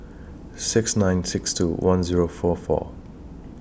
six nine six two one Zero four four